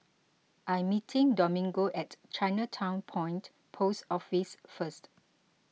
I'm meeting Domingo at Chinatown Point Post Office first